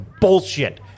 bullshit